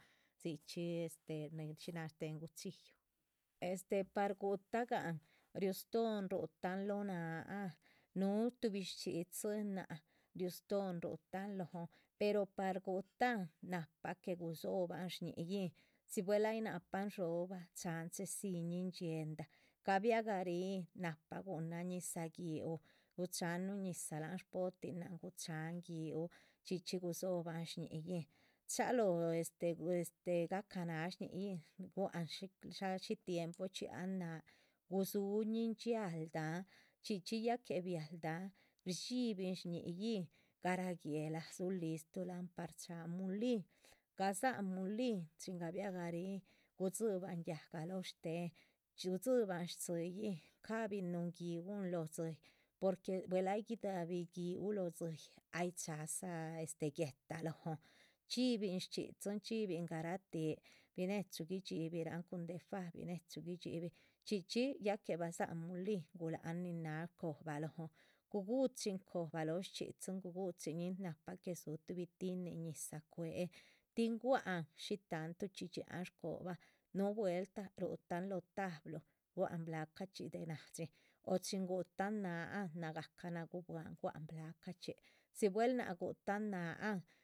Dzichxí este nichxí náha shtéhen guchxílli, este par guhutagan riu stóhon rutahan lóho náhaan núhu tuhbi shchxidzinan riu stóhon rutahan lóhon pero par gutahan. nahpa que gudzóhoban shñi´yin, si buehl ay nahpan dhxóbah cháhan chehedziñin dhxíendah, gabiah garihin nahpa guhunan ñizah giúh, gucháhan núhun ñizah láhan sbohtinan. gucháhan giúh chxí chxí gudzóhoban shñi´yin, chalóho este este gacanaha shñi´yin guáhan shícah shí tiempochxí dxiáhan náh, gudzúhuñin dxiáhaldan chxí chxí ya que. biahaldahan rdxíbihin shñi´yin garáh guéhla dzúhu listrulahan par cháhan mulin, gadzáhan mulin chin gabiah garihin gudzibahn yáhga lóoh shtéhen gudzibahan stzíyin. ca´bin núhu giúhn lóho dzíyih porque buehl ay gidabih giúh lóho dzíyih, ay chádza este guéhta lóhon chxíbin shchxídzin chxíbin garah tih binechu guidxi birahn. cun déh fa, binechu guidxibin chxí chxí ya que badzáhan mulín guláhan nin náha cobah lóhon guguchin cobah lóho shchxídzin guguchin ñin nahpa que dzúhu tuhbi tinin. ñizah cuéhen ti gua´han shí tantuchxí dxiáhan shcoban núhu vueltah ruhutan lóho tablu guáhan blacachxí déh nádxin o chin guhutan náhaan nagacah nagubuahan blacachxi si. buehl náac guhután náhaan